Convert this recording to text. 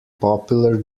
popular